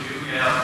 ב-1 ביוני,